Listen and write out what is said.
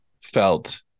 felt